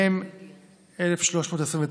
מ/1329,